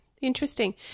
Interesting